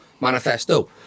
manifesto